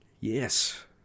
Yes